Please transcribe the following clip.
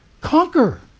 conquer